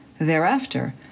Thereafter